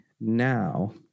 now